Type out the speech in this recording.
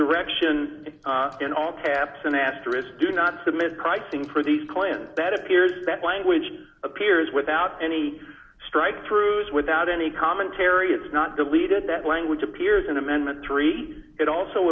direction in all caps an asterisk do not submit pricing for these plans bet appears that language appears without any strike through as without any commentary it's not deleted that language appears in amendment three it also